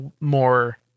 more